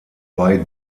bei